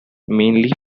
mainly